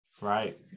Right